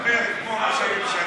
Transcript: מדבר כמו ראש הממשלה.